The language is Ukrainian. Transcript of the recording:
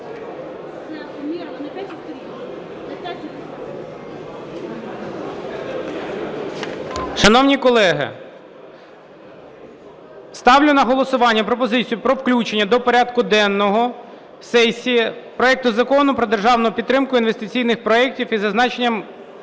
Шановні колеги, ставлю на голосування пропозицію про включення до порядку денного сесії проекту Закону про державну підтримку інвестиційних проектів зі значними